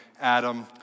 Adam